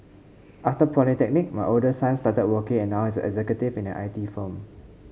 after polytechnic my oldest son started working and now he's an executive in an I T firm